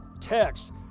text